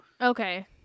Okay